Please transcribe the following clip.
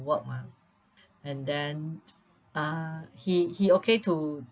work mah and then uh he he okay to